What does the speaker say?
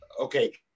okay